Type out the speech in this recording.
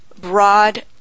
broad